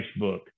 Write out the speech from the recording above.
Facebook